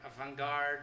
avant-garde